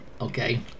okay